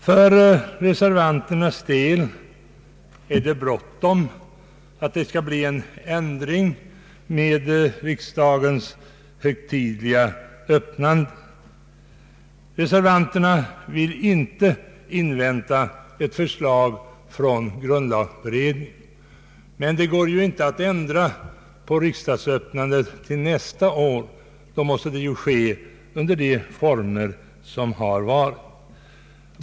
För reservanternas del är det bråttom att få en ändring av formerna för riksdagens högtidliga öppnande. Reservan terna vill inte invänta ett förslag från grundlagberedningen. Men det går inte att ändra på riksdagsöppnandet till nästa år. Då måste det ske under de hittillsvarande formerna.